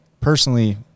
personally